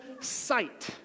sight